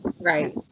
Right